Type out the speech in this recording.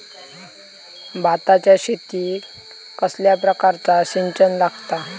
भाताच्या शेतीक कसल्या प्रकारचा सिंचन लागता?